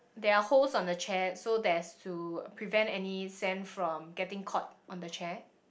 there are holes on the chair so that's to prevent any sand from getting caught on the chair